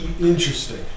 interesting